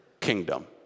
kingdom